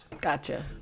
Gotcha